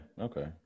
Okay